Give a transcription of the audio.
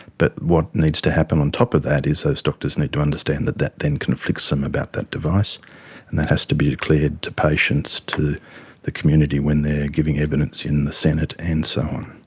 but what needs to happen on top of that is those doctors need to understand that that then conflicts them about that device and that has to be declared to patients, to the community, when they are giving evidence in the senate and so on.